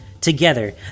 Together